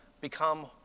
become